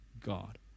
God